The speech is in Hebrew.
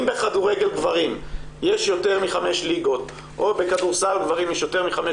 אם בכדורגל גברים יש יותר מחמש ליגות או בכדורסל גברים יש יותר מחמש